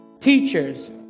teachers